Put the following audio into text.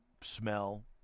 smell